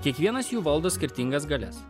kiekvienas jų valdo skirtingas galias